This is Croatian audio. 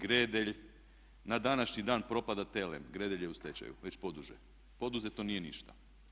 Gredelj, na današnji dan propada Telem, Gredelj je u stečaju već poduže, poduzeto nije ništa.